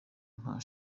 nta